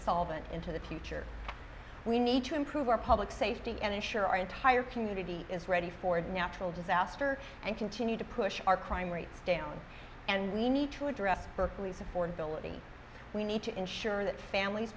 solvent into the future we need to improve our public safety and ensure our entire community is ready for a natural disaster and continue to push our crime rates down and we need to address berkeley's affordability we need to ensure that families